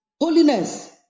Holiness